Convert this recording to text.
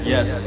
Yes